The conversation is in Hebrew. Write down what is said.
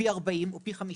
פי 40 או פי 50,